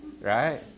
Right